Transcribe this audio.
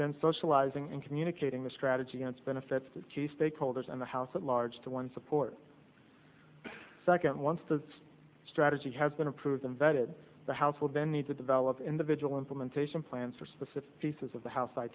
then socializing and communicating the strategy against benefits the key stakeholders in the house at large to one support second once the strategy has been approved the vetted the house will then need to develop individual implementation plans for specific pieces of the house